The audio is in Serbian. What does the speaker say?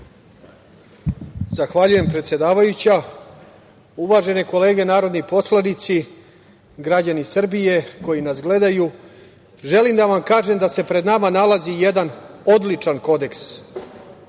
Zahvaljujem, predsedavajuća. Uvažene kolege narodni poslanici, građani Srbije koji nas gledaju, želim da vam kažem da se pred nama nalazi jedan odličan Kodeks.